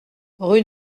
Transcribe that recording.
rue